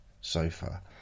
sofa